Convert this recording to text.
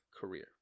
career